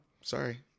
Sorry